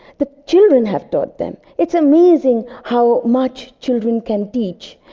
the children have taught them. it's amazing how much children can teach.